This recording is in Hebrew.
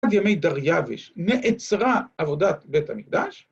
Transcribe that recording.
עד ימי דריווש נעצרה עבודת בית המקדש.